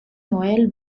noëlle